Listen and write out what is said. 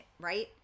right